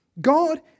God